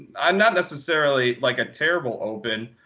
um not necessarily like a terrible open,